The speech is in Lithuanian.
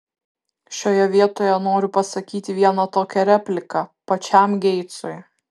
šioje vietoje noriu pasakyti vieną tokią repliką pačiam geitsui